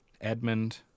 Edmund